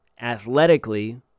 Athletically